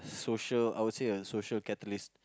social I would say a social catalyst